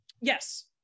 Yes